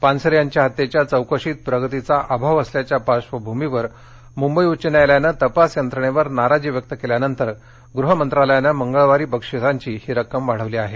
पानसरे यांच्या हत्येच्या चौकशीत प्रगतीचा अभाव असल्याच्या पार्श्वभूमीवर मुंबई उच्च न्यायालयानं तपास यंत्रणेवर नाराजी व्यक्त केल्यानंतर गृह मंत्रालयानं मंगळवारी बक्षिसांची ही रक्कम वाढविली आहे